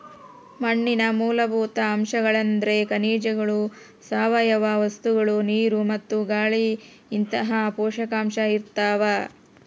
ಮಣ್ಣಿನ ಮೂಲಭೂತ ಅಂಶಗಳೆಂದ್ರೆ ಖನಿಜಗಳು ಸಾವಯವ ವಸ್ತುಗಳು ನೀರು ಮತ್ತು ಗಾಳಿಇಂತಹ ಪೋಷಕಾಂಶ ಇರ್ತಾವ